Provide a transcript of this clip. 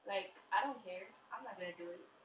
like I don't care I'm not going to do it